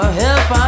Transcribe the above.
help